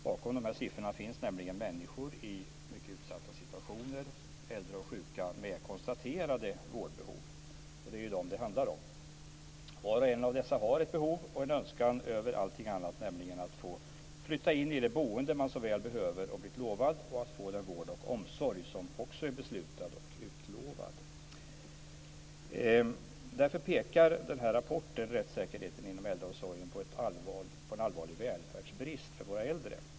Bakom de här siffrorna finns nämligen människor i mycket utsatta situationer, äldre och sjuka med konstaterade vårdbehov. Det är dem som det handlar om. Var och en av dessa har ett behov och en önskan över allt annat att få flytta in i det boende som man så väl behöver och har blivit lovad och att få den vård och omsorg som också är beslutad och utlovad. Därför pekar rapporten Rättssäkerheten inom äldreomsorgen på en allvarlig välfärdsbrist för våra äldre.